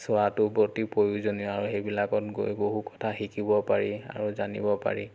চোৱাটো অতি প্ৰয়োজনীয় আৰু সেইবিলাকত গৈ বহু কথা শিকিব পাৰি আৰু জানিব পাৰি